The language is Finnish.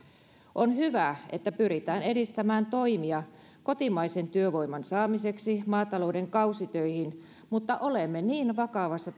on hyvä että pyritään edistämään toimia kotimaisen työvoiman saamiseksi maatalouden kausitöihin mutta olemme niin vakavassa